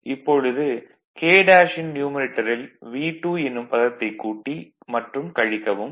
இப்பொழுது K ன் நியூமரேட்டரில் V2 எனும் பதத்தைக் கூட்டி மற்றும் கழிக்கவும்